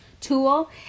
tool